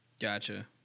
Gotcha